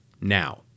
now